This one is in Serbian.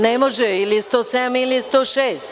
Ne može ili 107. ili 106.